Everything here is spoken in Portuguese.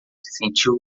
sentiu